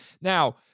Now